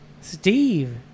Steve